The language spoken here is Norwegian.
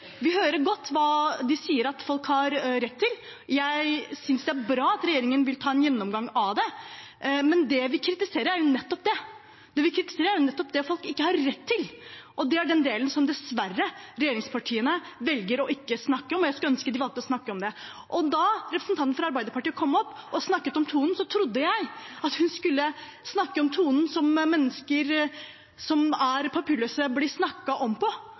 Vi hører godt hva de sier at folk har rett til. Jeg synes det er bra at regjeringen vil ta en gjennomgang av det. Men det vi kritiserer, er nettopp det folk ikke har rett til, og det er den delen regjeringspartiene dessverre velger å ikke snakke om. Jeg skulle ønske de valgte å snakke om det. Da representanten fra Arbeiderpartiet kom opp og snakket om tonen, trodde jeg hun skulle snakke om tonen som mennesker som er papirløse, blir snakket om